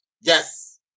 Yes